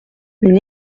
une